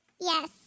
Yes